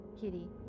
kitty